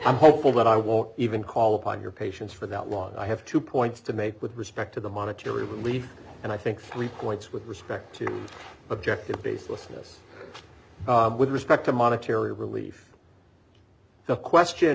i'm hopeful that i won't even call upon your patience for that long i have two points to make with respect to the monetary relief and i think three points with respect to the objective basis with respect to monetary relief the question